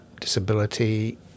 disability